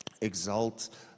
exalt